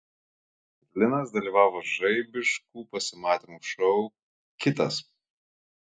linas dalyvavo žaibiškų pasimatymų šou kitas